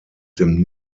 dem